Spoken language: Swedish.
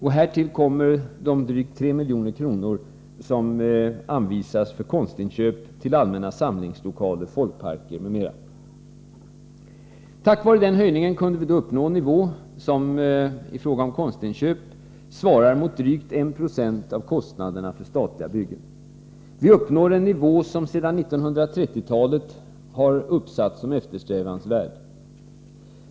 Härtill kommer de drygt 3 milj.kr. som anvisats för konstinköp till allmänna samlingslokaler, folkparker m.m. Tack vare den höjningen kunde vi uppnå en nivå som i fråga om konstinköp svarar mot drygt 1 20 av kostnaderna för statliga byggen. Vi uppnår en nivå som sedan 1930-talet har angivits som eftersträvansvärd.